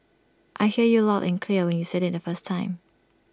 I heard you loud and clear when you said IT the first time